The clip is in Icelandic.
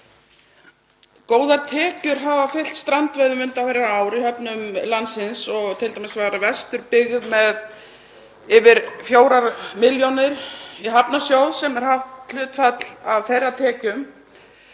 Góðar tekjur hafa fylgt strandveiðum undanfarin ár í höfnum landsins og t.d. var Vesturbyggð með yfir 4 milljónir í hafnarsjóð sem er hátt hlutfall af þeirra tekjum.